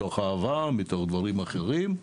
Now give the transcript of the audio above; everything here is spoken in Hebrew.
מתוך אהבה, מתוך דברים אחרים,